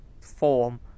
form